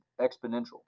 exponential